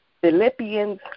Philippians